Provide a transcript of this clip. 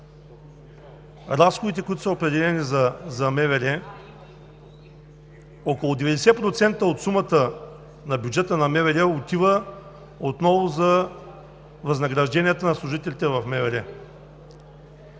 разходите, които са определени за МВР – около 90% от сумата на бюджета на МВР, отива отново за възнагражденията на служителите в МВР.